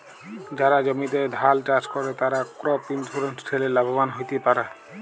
যারা জমিতে ধাল চাস করে, তারা ক্রপ ইন্সুরেন্স ঠেলে লাভবান হ্যতে পারে